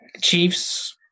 Chiefs